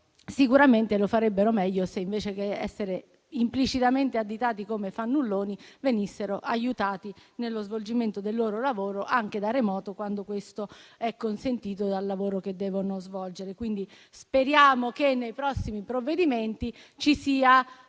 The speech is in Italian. sicuramente lo farebbero meglio se, invece di essere implicitamente additati come fannulloni, venissero aiutati nello svolgimento del loro lavoro, anche da remoto, quando questo è consentito rispetto alle mansioni da svolgere. Speriamo che nei prossimi provvedimenti ci sia l'ulteriore